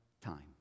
time